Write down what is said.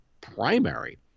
primary